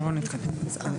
בואי נתקדם.